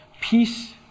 peace